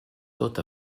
tot